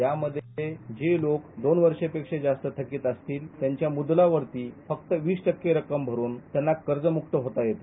यामधे जे लोक दोन वर्षापेक्षा जास्त थकित असतील त्यांच्या मुद्दलावरती फक्त वीस टक्के रक्कम भरून त्यांना कर्जमुक्त होता येते